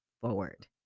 forward